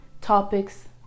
topics